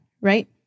right